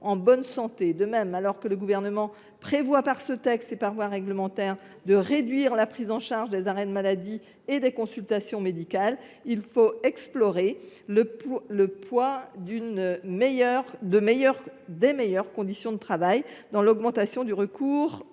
De même, alors que le Gouvernement prévoit, par ce texte et par voie réglementaire, de réduire la prise en charge des arrêts maladie et des consultations médicales, il convient d’explorer le poids des conditions de travail sur l’augmentation du recours